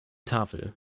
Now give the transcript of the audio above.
tafel